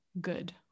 good